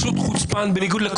תסתמו לנו את הפה.